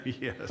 Yes